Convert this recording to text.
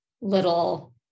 little